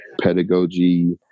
pedagogy